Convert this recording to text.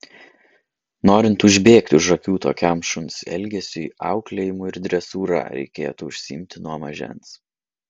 norint užbėgti už akių tokiam šuns elgesiui auklėjimu ir dresūra reikėtų užsiimti nuo mažens